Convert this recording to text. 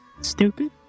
Stupid